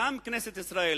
גם כנסת ישראל